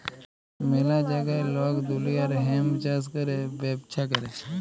ম্যালা জাগায় লক দুলিয়ার হেম্প চাষ ক্যরে ব্যবচ্ছা ক্যরে